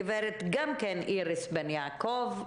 גברת גם כן איריס בן יעקב.